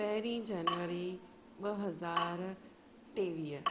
पहिरीं जनवरी ॿ हज़ार टेवीह